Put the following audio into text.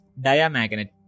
diamagnet